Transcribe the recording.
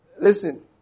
Listen